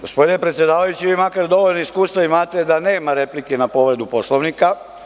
Gospodine predsedavajući, vi makar dovoljno iskustva imate da nema replike na povredu Poslovnika.